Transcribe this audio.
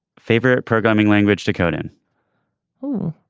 favorite programming language dakotan oh